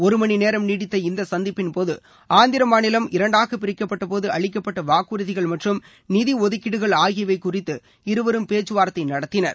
ஒரு மணி நேரம் நீடித்த இந்த சந்திப்பின்போது ஆந்திர மாநிலம் இரண்டாக பிரிக்கப்பட்டபோத அளிக்கப்பட்ட வாக்குறுதிகள் மற்றும் நிதி ஒதுக்கீடுகள் ஆகியவை குறித்து இருவரும் பேச்சுவார்த்தை நடத்தினர்